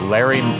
Larry